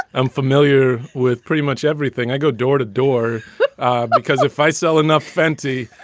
i'm familiar with pretty much everything i go door to door because if i sell enough venti,